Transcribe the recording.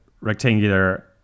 rectangular